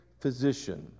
physician